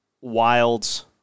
Wilds